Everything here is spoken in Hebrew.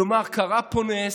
כלומר קרה פה נס,